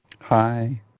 Hi